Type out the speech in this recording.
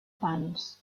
pans